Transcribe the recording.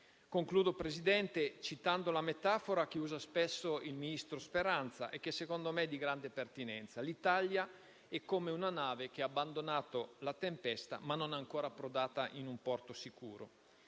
Concludo, signor Presidente, citando la metafora che usa spesso il ministro Speranza, che secondo è me di grande pertinenza: l'Italia è come una nave che ha abbandonato la tempesta, ma che non è ancora approdata in un porto sicuro.